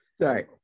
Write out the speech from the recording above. Sorry